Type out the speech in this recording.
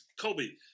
Colby